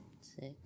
Six